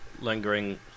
lingering